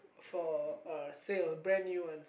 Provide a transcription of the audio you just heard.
for a sale brand new one